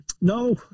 No